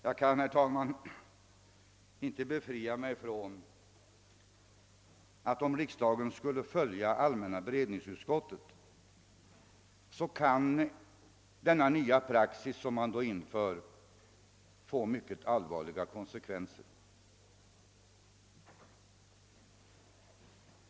Jag kan, herr talman, inte befria mig från intrycket att om riksdagen följer allmänna beredningsutskottet, så kan den nya praxis, som man därigenom inför, få mycket allvarliga konsekvenser.